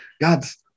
God's